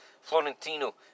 Florentino